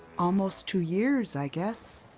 almost two years, i guess?